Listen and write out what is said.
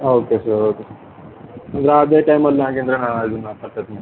okay sure okay ಇಲ್ಲ ಅದೇ ಟೈಮಲ್ಲಿ ನಾಗೇಂದ್ರಣ್ಣ ಇದನ್ನ ನಾನು ಪರ್ಚೇಸ್ ಮಾಡ್ತೀನಿ